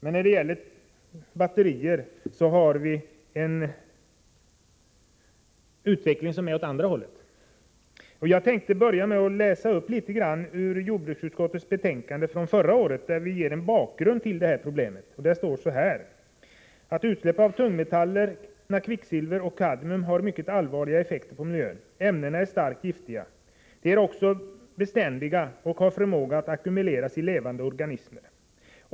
Men när det gäller batterier har vi en motsatt utveckling. Jag tänkte börja med att läsa upp ett avsnitt av jordbruksutskottets betänkande från förra året. Där ger vi en bakgrund till problemet. ”Utsläpp av tungmetallerna kvicksilver och kadmium har mycket allvarliga effekter i miljön. Ämnena är starkt giftiga. De är också beständiga och har förmågan att ackumuleras i levande organismer.